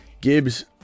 Gibbs